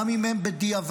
גם אם הן בדיעבד,